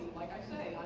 like i say